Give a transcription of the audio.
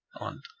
On